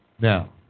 Now